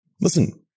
Listen